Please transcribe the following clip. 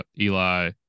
Eli